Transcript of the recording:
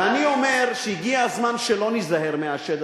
ואני אומר שהגיע הזמן שלא ניזהר מהשד,